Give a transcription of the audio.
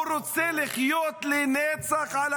הוא רוצה לחיות על החרב לנצח.